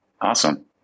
awesome